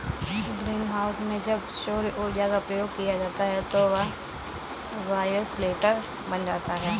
green house में जब सौर ऊर्जा का प्रयोग किया जाता है तो वह बायोशेल्टर बन जाता है